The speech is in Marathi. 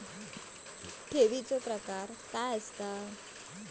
ठेवीचो प्रकार काय असा?